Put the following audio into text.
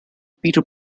peter